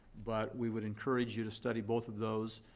but we would encourage you to study both of those,